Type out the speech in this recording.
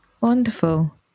Wonderful